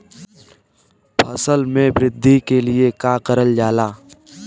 फसल मे वृद्धि के लिए का करल जाला?